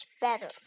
better